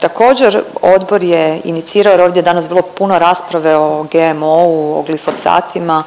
Također odbor je inicirao jer ovdje je danas bilo puno rasprave o GMO-u, o glifosatima